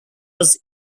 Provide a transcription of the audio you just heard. was